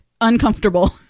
uncomfortable